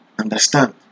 Understand